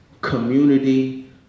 community